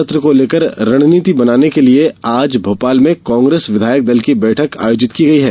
सत्र को लेकर रणनीति बनाने के लिये आज भोपाल में कांग्रेस विधायक दल की बैठक आयोजित की गई है